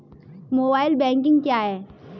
Mobile banking क्या है?